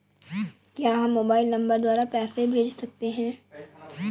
क्या हम mobile number द्वारा पैसे भेज सकते हैं?